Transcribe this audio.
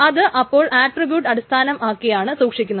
ഇത് അപ്പൊൾ ആട്രിബ്യൂട്ട് അടിസ്ഥാനമാക്കിയാണ് സൂക്ഷിക്കുന്നത്